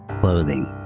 clothing